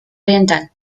oriental